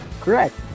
Correct